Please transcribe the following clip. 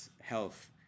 health